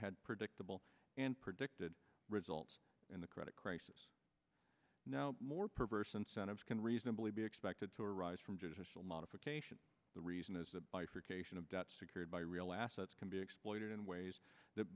had predictable and predicted results in the credit crisis now more perverse incentives can reasonably be expected to arise from judicial modification the reason is the bifurcation of debt secured by real assets can be exploited in ways that